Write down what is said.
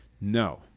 No